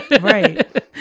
Right